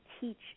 teach